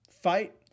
fight